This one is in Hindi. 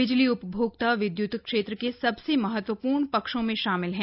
बिजली उपभोक्ता विद्य्त क्षेत्र के सबसे महत्वपूर्ण पक्षों में शामिल हैं